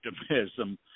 optimism